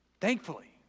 Thankfully